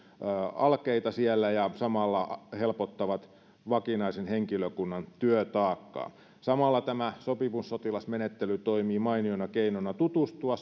alkeita siellä ja samalla helpottavat vakinaisen henkilökunnan työtaakkaa samalla tämä sopimussotilasmenettely toimii mainiona keinona tutustua